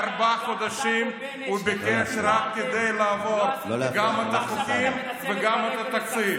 וארבעה חודשים הוא ביקש רק כדי להעביר גם את החוקים וגם את התקציב.